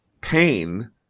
Pain